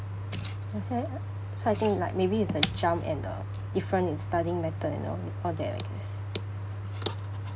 so I think like maybe it's the jump and the difference in studying method you know and all that I guess